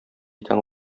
икән